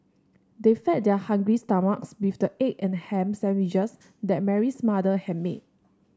they fed their hungry stomachs with the egg and ham sandwiches that Mary's mother had made